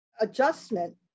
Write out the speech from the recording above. adjustment